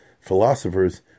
philosophers